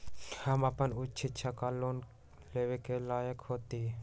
हम अपन उच्च शिक्षा ला लोन लेवे के लायक हती?